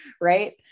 right